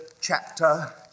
chapter